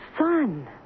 son